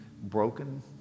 Broken